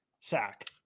sack